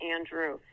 Andrew